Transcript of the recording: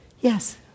Yes